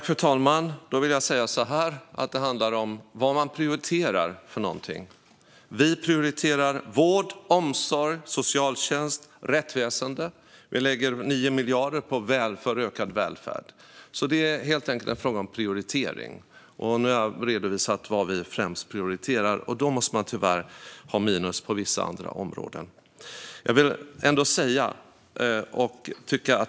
Fru talman! Det handlar om vad man prioriterar. Vi prioriterar vård, omsorg, socialtjänst och rättsväsen. Vi lägger 9 miljarder på ökad välfärd. Det är helt enkelt en fråga om prioritering. Nu har jag redovisat vad vi främst prioriterar, och det måste tyvärr bli minus på andra områden.